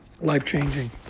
life-changing